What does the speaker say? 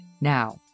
now